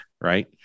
right